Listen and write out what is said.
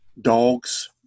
Dogs